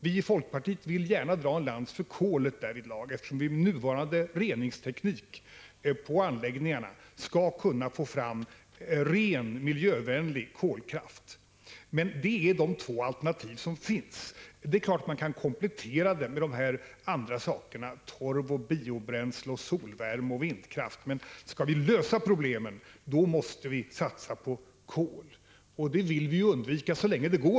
Vii folkpartiet vill gärna dra en lans för kolet därvidlag, eftersom man med nuvarande reningsteknik på anläggningarna skall kunna få fram ren miljövänlig kolkraft. Det är de två alternativ som finns. Det är klart att man kan komplettera dem med torv, biobränsle, solvärme och vindkraft, men om vi skall lösa problemen, måste vi satsa på kol — och det vill vi undvika så länge det går!